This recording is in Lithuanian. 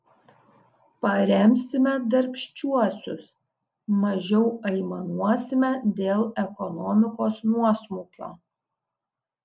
paremsime darbščiuosius mažiau aimanuosime dėl ekonomikos nuosmukio